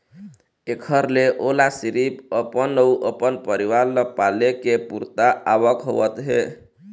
एखर ले ओला सिरिफ अपन अउ अपन परिवार ल पाले के पुरता आवक होवत हे